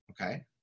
okay